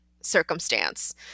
circumstance